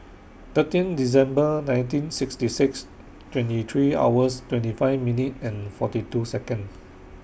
thirteen December nineteen sixty six twenty three hours twenty five minute and forty two Second